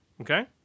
Okay